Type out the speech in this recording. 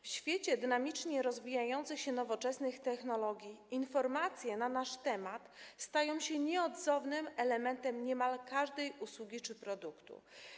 W świecie dynamicznie rozwijających się nowoczesnych technologii informacje na nasz temat stają się nieodzownym elementem niemal każdej usługi czy produktu.